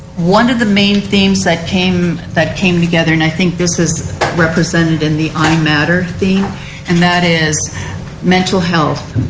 one of the main themes that came that came together and i think this is represented in the i matter theme and is mental health.